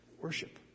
Worship